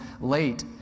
late